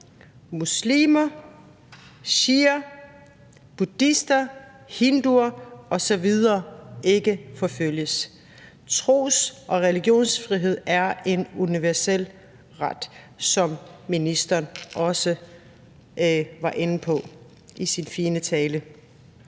muslimer, shiamuslimer, buddhister, hinduer osv. ikke forfølges. Tros- og religionsfrihed er en universel ret, som ministeren også var inde på i sin fine tale.